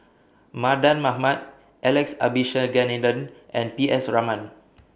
Mardan Mamat Alex Abisheganaden and P S Raman